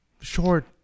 short